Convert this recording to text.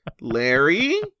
Larry